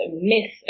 myth